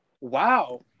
Wow